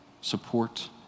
support